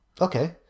Okay